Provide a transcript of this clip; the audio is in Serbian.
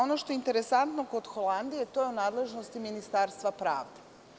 Ono što je interesantno kod Holandije, jeste da je to u nadležnosti Ministarstva pravde.